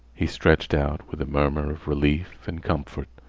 he stretched out with a murmur of relief and comfort.